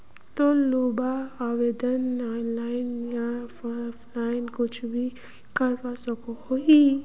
Loan लुबार आवेदन online या ऑफलाइन कुछ भी करवा सकोहो ही?